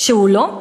הוא לא.